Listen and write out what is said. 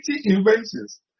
inventions